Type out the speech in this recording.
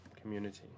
community